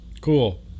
Cool